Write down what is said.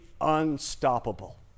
unstoppable